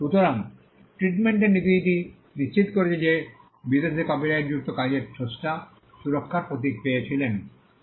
সুতরাং জাতীয় ট্রিটমেন্টর নীতিটি নিশ্চিত করেছে যে বিদেশে কপিরাইটযুক্ত কাজের স্রষ্টা সুরক্ষার প্রতীক পেয়েছিলেন